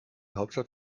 hauptstadt